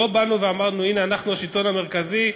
לא אמרנו: אנחנו השלטון המרכזי,